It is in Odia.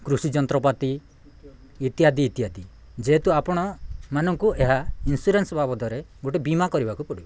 କୃଷି ଯନ୍ତ୍ରପାତି ଇତ୍ୟାଦି ଇତ୍ୟାଦି ଯେହେତୁ ଆପଣମାନାନଙ୍କୁ ଏହା ଇନ୍ସୁରାନ୍ସ ବାବଦରେ ଗୋଟେ ବୀମା କରିବାକୁ ପଡ଼ିବ